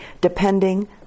depending